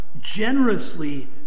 generously